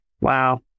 wow